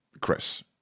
Chris